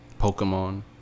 Pokemon